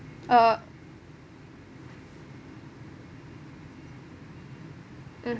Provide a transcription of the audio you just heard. uh mm